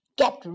get